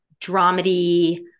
dramedy